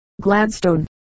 Gladstone